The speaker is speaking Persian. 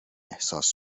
احساس